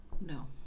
No